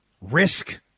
risk